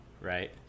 right